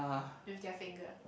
with their finger